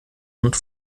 und